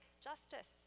justice